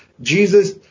Jesus